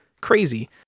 crazy